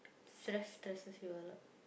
stress stresses you a lot